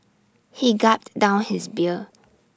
he gulped down his beer